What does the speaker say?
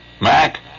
Mac